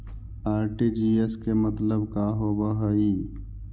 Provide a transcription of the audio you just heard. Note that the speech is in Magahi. आर.टी.जी.एस के मतलब का होव हई?